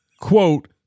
Quote